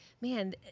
man